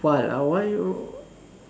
what ah why you